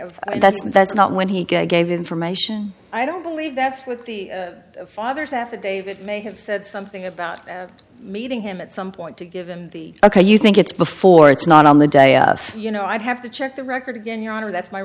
and that's that's not when he gave information i don't believe that's with the father's affidavit may have said something about meeting him at some point to give him the ok you think it's before it's not on the day of you know i'd have to check the record in your honor that's my